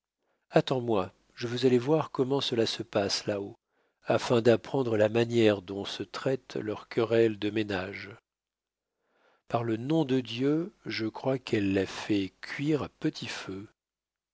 attends-moi je veux aller voir comment cela se passe là-haut afin d'apprendre la manière dont se traitent leurs querelles de ménage par le nom de dieu je crois qu'elle la fait cuire à petit feu